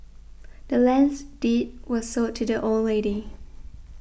the land's deed was sold to the old lady